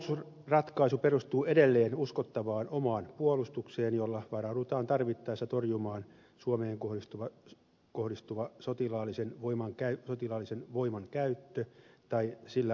suomen puolustusratkaisu perustuu edelleen uskottavaan omaan puolustukseen jolla varaudutaan tarvittaessa torjumaan suomeen kohdistuva sotilaallisen voiman käyttö tai sillä uhkaaminen